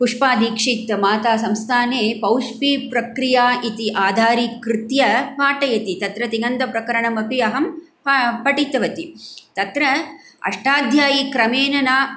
पुष्पादीक्षित् मातासंस्थाने पौष्पीप्रक्रिया इति आधारीकृत्य पाठयति तत्र तिङन्तप्रकरणम् अपि अहं पठितवती तत्र अष्टाध्यायी क्रमेन न